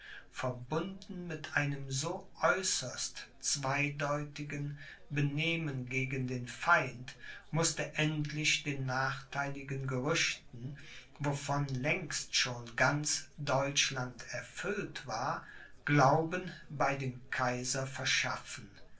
verbunden mit einem so äußerst zweideutigen benehmen gegen den feind mußte endlich den nachtheiligen gerüchten wovon längst schon ganz deutschland erfüllt war glauben bei dem kaiser verschaffen